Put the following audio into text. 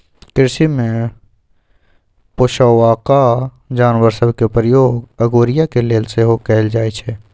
कृषि में पोशौआका जानवर सभ के प्रयोग अगोरिया के लेल सेहो कएल जाइ छइ